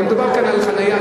אבל מדובר כאן על חנייה.